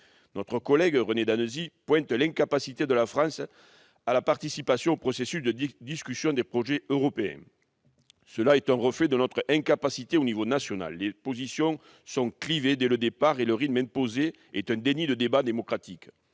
Notre collègue René Danesi pointe l'incapacité de la France à participer au processus de discussion des projets européens. C'est un reflet de notre incapacité au niveau national. Les positions sont clivées dès le départ, et le rythme imposé est un déni du débat démocratique.